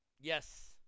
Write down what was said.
Yes